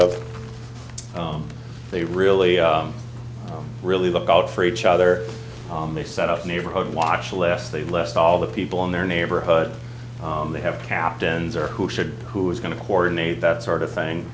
of they really really look out for each other they set up neighborhood watch lest they left all the people in their neighborhood they have captains or who should who is going to coordinate that sort of thing